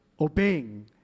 obeying